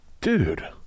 Dude